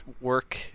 work